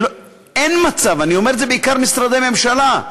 שאין מצב אני אומר את זה בעיקר למשרדי ממשלה,